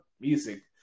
music